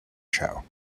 show